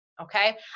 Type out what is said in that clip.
Okay